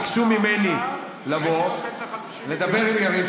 ביקשו ממני לבוא לדבר עם יריב,